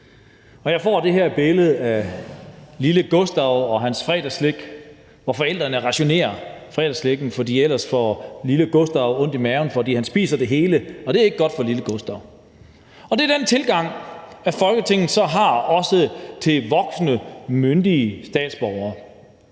Jeg ser det her billede af lille Gustav og hans fredagsslik for mig, hvor forældrene rationerer fredagsslikket, for ellers får lille Gustav ondt i maven, fordi han spiser det hele, og det er ikke godt for lille Gustav. Det er den tilgang, Folketinget har til voksne, myndige statsborgere.